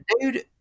dude